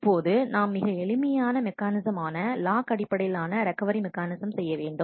இப்பொழுது நாம் மிக எளிமையான மெக்கானிசம் ஆன லாக் அடிப்படையில் ஆன ரெக்கவரி மெக்கானிசம் செய்ய வேண்டும்